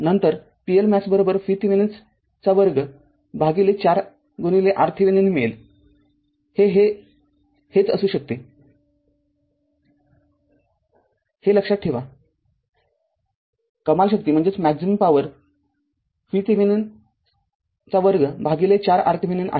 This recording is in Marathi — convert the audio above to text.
नंतर pLmax VThevenin२ भागिले ४ RThevenin मिळेल हे हेच असू शकते हे लक्षात ठेवा कमाल शक्ती VThevenin२ भागिले ४ RThevenin आहे